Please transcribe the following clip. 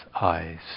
eyes